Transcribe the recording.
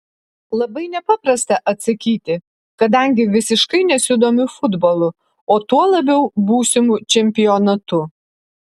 labai nepaprasta atsakyti kadangi visiškai nesidomiu futbolu o tuo labiau būsimu čempionatu